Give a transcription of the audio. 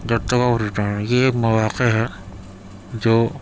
جب تک آپ ریٹائر یہ ایک مواقع ہے جو